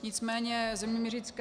Nicméně zeměměřická ...